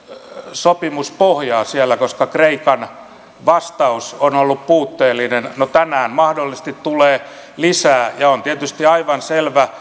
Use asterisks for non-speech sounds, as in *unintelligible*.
sopimuspohjaa siellä koska kreikan vastaus on ollut puutteellinen no tänään mahdollisesti tulee lisää ja on tietysti aivan selvä *unintelligible*